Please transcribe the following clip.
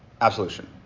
Absolution